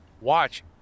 Watch